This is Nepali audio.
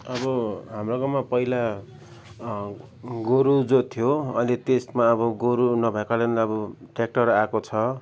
अब हाम्रो गाउँमा पहिला गोरु जोत्थ्यो अहिले त्यसमा अब गोरु नभएको कारण अब ट्र्याक्टर आएको छ